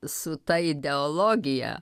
su ta ideologija